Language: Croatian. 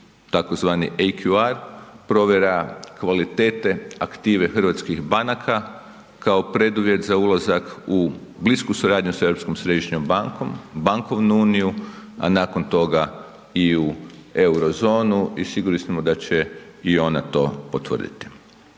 tzv. AQR provjera kvalitete aktive hrvatskih banaka kao preduvjet za ulazak u blisku suradnju sa Europskom središnjom bankom, Bankovnu uniju, a nakon toga i u eurozonu i sigurni smo da će i ona to potvrditi.